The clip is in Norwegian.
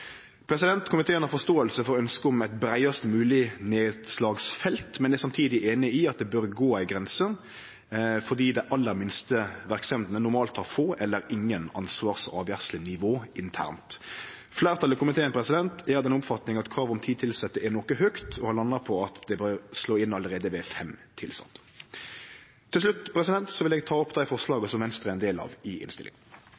Komiteen har forståing for ønsket om eit breiast mogleg nedslagsfelt, men er samtidig einig i at det bør gå ei grense, fordi dei aller minste verksemdene normalt har få eller ingen ansvars- og avgjerslenivå internt. Fleirtalet i komiteen er av den oppfatninga at kravet om ti tilsette er noko høgt, og har landa på at det bør slå inn allereie ved fem tilsette. Til slutt vil eg ta opp dei